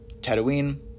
Tatooine